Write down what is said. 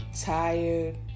tired